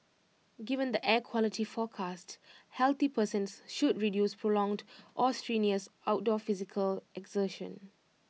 given the air quality forecast healthy persons should reduce prolonged or strenuous outdoor physical exertion